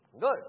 Good